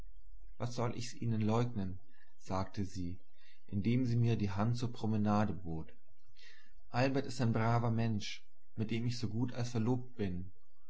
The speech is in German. was soll ich's ihnen leugnen sagte sie indem sie mir die hand zur promenade bot albert ist ein braver mensch dem ich so gut als verlobt bin